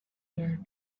year